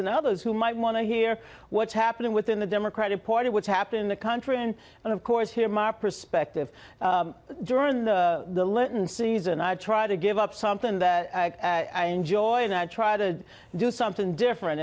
and others who might want to hear what's happening within the democratic party what's happening in the country and and of course here my perspective during the luton season i try to give up something that i enjoy and i try to do something different